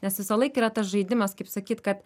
nes visąlaik yra tas žaidimas kaip sakyt kad